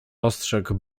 ostrzegł